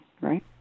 right